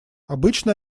обычно